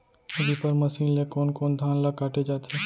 Reaper machine ले कोन कोन धान ल काटे जाथे?